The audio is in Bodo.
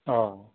अ